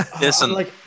listen